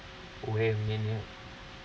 wait a minute